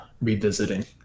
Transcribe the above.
revisiting